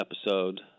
episode